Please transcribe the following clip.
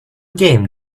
game